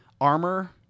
armor –